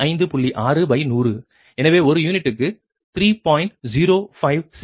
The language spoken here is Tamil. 6100 எனவே ஒரு யூனிட்க்கு 3